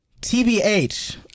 TBH